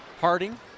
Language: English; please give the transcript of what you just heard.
Harding